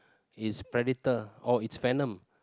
is predator oh it's venom